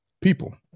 people